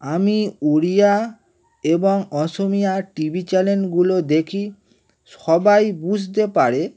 আমি উড়িয়া এবং অসমীয়া টিভি চ্যানেলগুলো দেখি সবাই বুঝতে পারে